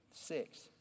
Six